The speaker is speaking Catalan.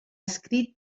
escrit